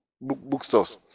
bookstores